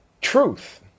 Truth